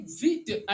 vite